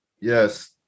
Yes